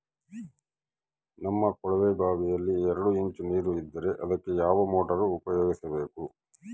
ನಮ್ಮ ಕೊಳವೆಬಾವಿಯಲ್ಲಿ ಎರಡು ಇಂಚು ನೇರು ಇದ್ದರೆ ಅದಕ್ಕೆ ಯಾವ ಮೋಟಾರ್ ಉಪಯೋಗಿಸಬೇಕು?